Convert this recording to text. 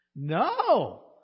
No